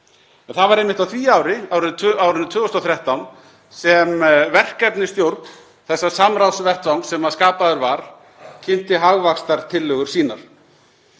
Það var einmitt á því ári, 2013, sem verkefnisstjórn þessa samráðsvettvangs sem skapaður var kynnti hagvaxtartillögur sínar.